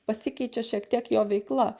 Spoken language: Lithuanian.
pasikeičia šiek tiek jo veikla